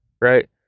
right